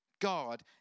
God